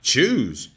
Choose